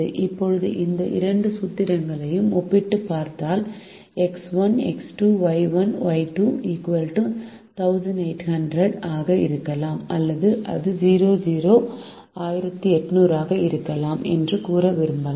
இப்போது இந்த இரண்டு சூத்திரங்களையும் ஒப்பிட்டுப் பார்த்தால் X 1 X 2 Y 1 Y 2 1800 X1X2 Y1Y2 1800 ஆக இருக்கலாம் அல்லது அது 00 1800 ஆக இருக்கலாம் என்றும் கூற விரும்பலாம்